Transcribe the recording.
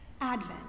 Advent